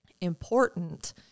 important